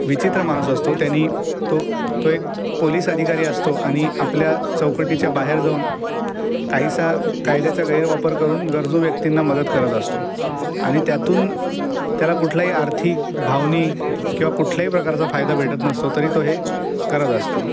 विचित्र माणूस असतो त्यानी तो तो एक पोलिस अधिकारी असतो आणि आपल्या चौकटीच्या बाहेर जाऊन काहीसा कायद्याचा गैरवापर करून गरजू व्यक्तींना मदत करत असतो आणि त्यातून त्याला कुठलाही आर्थिक भावनिक किंवा कुठल्याही प्रकारचा फायदा भेटत नसतो तरी तो हे करत असतो